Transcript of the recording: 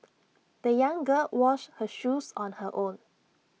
the young girl washed her shoes on her own